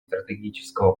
стратегического